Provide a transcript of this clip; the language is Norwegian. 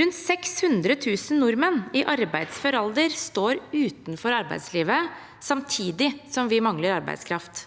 Rundt 600 000 nordmenn i arbeidsfør alder står utenfor arbeidslivet, samtidig som vi mangler arbeidskraft.